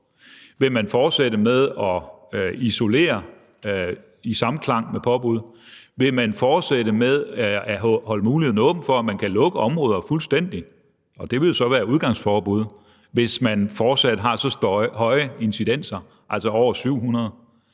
Vil man fortsætte med at isolere i samklang med påbud? Og vil man fortsætte med at holde muligheden åben for, at man kan lukke områder fuldstændig – og det vil jo så være udgangsforbud – hvis der fortsat er så høje incidenstal, altså over 700?